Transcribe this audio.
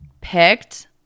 picked